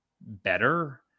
better